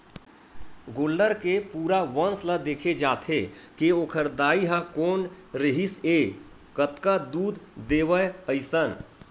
गोल्लर के पूरा वंस ल देखे जाथे के ओखर दाई ह कोन रिहिसए कतका दूद देवय अइसन